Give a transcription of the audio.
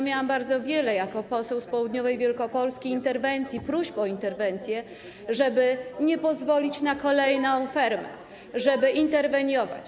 Miałam bardzo wiele, jako poseł z południowej Wielkopolski, interwencji, próśb o interwencje, żeby nie pozwolić na kolejną fermę, żeby interweniować.